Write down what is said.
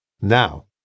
Now